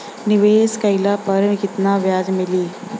निवेश काइला पर कितना ब्याज मिली?